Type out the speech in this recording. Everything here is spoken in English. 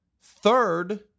Third